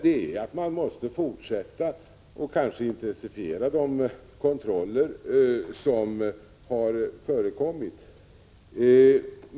Det är att man måste fortsätta och kanske intensifiera de kontroller som har förekommit.